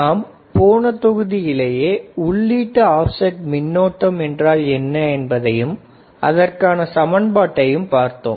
நாம் போன தொகுதியிலேயே உள்ளீட்டு ஆப்செட் மின்னோட்டம் என்றால் என்ன என்பதையும் அதற்கான சமன்பாட்டையும் பார்த்தோம்